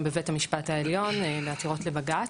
גם בבית המשפט העליון בעתירות לבג"צ,